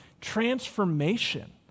transformation